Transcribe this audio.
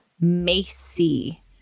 Macy